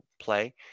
play